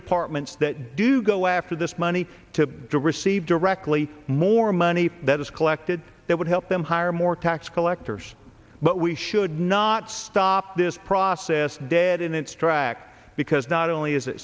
departments that do go after this money to receive directly more money that is collected that would help them hire more tax collectors but we should not stop this process dead in its track because not only is it